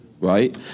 right